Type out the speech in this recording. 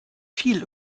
viel